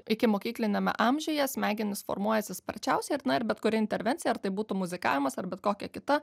ikimokykliniame amžiuje smegenys formuojasi sparčiausiai ir na ir bet kuri intervencija ar tai būtų muzikavimas ar bet kokia kita